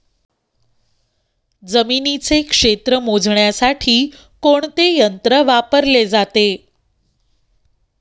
जमिनीचे क्षेत्र मोजण्यासाठी कोणते यंत्र वापरले जाते?